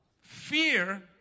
Fear